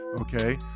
Okay